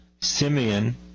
simeon